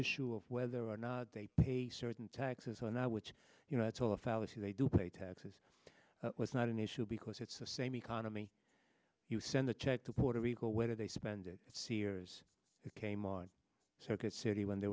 issue of whether or not they pay certain taxes and i which you know it's all a fallacy they do pay taxes it's not an issue because it's the same economy you send the check to puerto rico where they spend it sears kmart circuit city when they